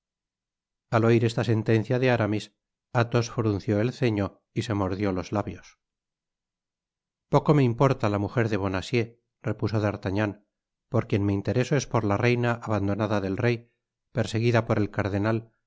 al oir esta sentencia de aramis athos frunció el ceño y se mordió los labios poco me importa la mujer de bonacieux repuso d'artagnan por quien content from google book search generated at me intereso es por la reina abandonada del rey perseguida por el cardenal